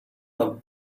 them